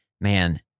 man